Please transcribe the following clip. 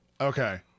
okay